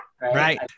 Right